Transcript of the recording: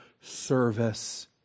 service